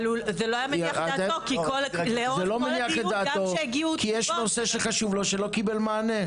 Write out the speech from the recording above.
זה לא מניח את דעתו כי יש נושא שחשוב לו שלא קיבל מענה.